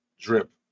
drip